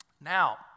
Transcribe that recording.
Now